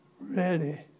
ready